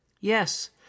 Yes